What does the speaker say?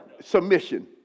submission